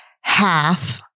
half